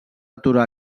aturar